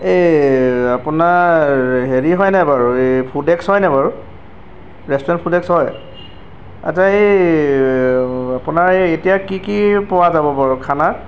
এই আপোনাৰ হেৰি হয়নে বাৰু এই ফুড এক্স হয়নে বাৰু ৰেষ্টুৰেণ্ট ফুড এক্স হয় আচ্ছা এই আপোনাৰ এতিয়া কি কি পোৱা যাব বাৰু খানা